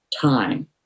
time